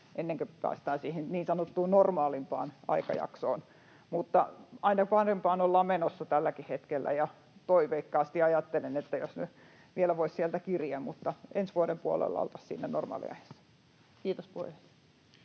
ennen kuin päästään siihen niin sanottuun normaalimpaan aikajaksoon. Mutta aina parempaan ollaan menossa tälläkin hetkellä, ja toiveikkaasti ajattelen, että jos nyt vielä voisi sieltä kiriä. Mutta ensi vuoden puolella oltaisiin normaaliajassa. — Kiitos, puheenjohtaja.